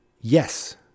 yes